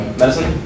medicine